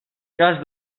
cas